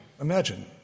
imagine